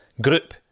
group